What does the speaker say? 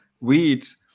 Weeds